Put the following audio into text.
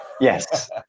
Yes